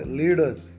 leaders